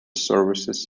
services